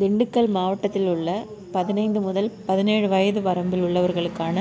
திண்டுக்கல் மாவட்டத்தில் உள்ள பதினைந்து முதல் பதினேழு வயது வரம்பில் உள்ளவர்களுக்கான